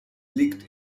liegt